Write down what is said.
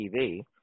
TV